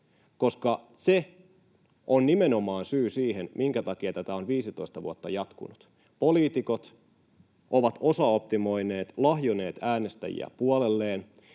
koska se on nimenomaan syy siihen, minkä takia tätä on 15 vuotta jatkunut. Poliitikot ovat osaoptimoineet, lahjoneet äänestäjiä puolelleen.